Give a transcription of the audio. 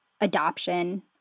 adoption